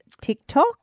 TikTok